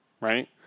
right